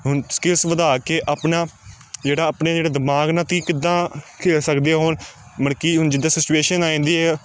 ਹੁਣ ਸਕਿਲਸ ਵਧਾ ਕੇ ਆਪਣਾ ਜਿਹੜਾ ਆਪਣੇ ਜਿਹੜੇ ਦਿਮਾਗ ਨਾਲ ਤੁਸੀਂ ਕਿੱਦਾਂ ਖੇਡ ਸਕਦੇ ਹੋ ਮਲ ਕਿ ਹੁਣ ਜਿੱਦਾਂ ਸਿਚੁਏਸ਼ਨ ਆ ਜਾਂਦੀ ਹੈ